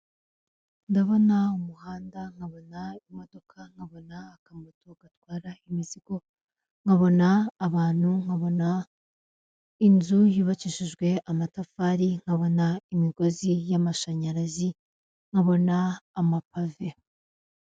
Ndabona umuhanda, nkabona imodoka, nkabona akamoto gatwara imizigo, nkabona abantu, nkabona inzu yubakishijwe amatafari, nkabona imigozi y'amashanyarazi, nkabona amapave.